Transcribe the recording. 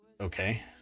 okay